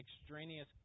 extraneous